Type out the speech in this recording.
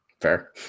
Fair